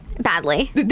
Badly